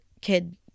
kid